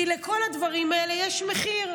כי לכל הדברים האלה יש מחיר.